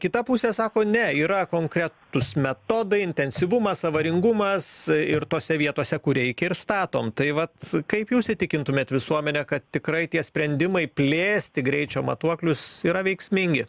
kita pusė sako ne yra konkretūs metodai intensyvumas avaringumas ir tose vietose kur reikia ir statom tai vat kaip jūs įtikintumėt visuomenę tikrai tie sprendimai plėsti greičio matuoklius yra veiksmingi